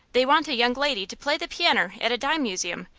they want a young lady to play the pianner at a dime museum,